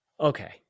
Okay